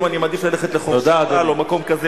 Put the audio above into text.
אני מעדיף ללכת לשמורה או למקום כזה,